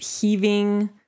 heaving